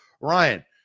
Ryan